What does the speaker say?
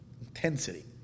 Intensity